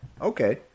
Okay